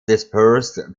dispersed